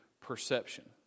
perception